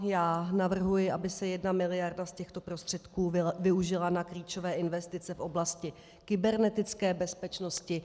Já navrhuji, aby se jedna miliarda z těchto prostředků využila na klíčové investice v oblasti kybernetické bezpečnosti.